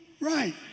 right